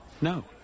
No